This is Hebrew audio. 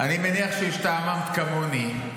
אני מניח שהשתעממת כמוני.